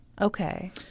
Okay